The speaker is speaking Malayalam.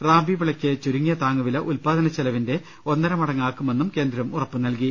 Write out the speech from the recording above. റാബി വിളയ്ക്ക് ചുരുങ്ങിയ താങ്ങുവില ഉല്പാദന ചെല വിന്റെ ഒന്നര മടങ്ങാക്കുമെന്നും കേന്ദ്രം ഉറപ്പുനൽകി